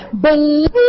believe